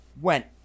went